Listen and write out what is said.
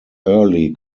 early